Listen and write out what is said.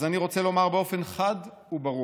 אז אני רוצה לומר באופן חד וברור: